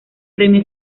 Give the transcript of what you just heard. premio